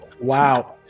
Wow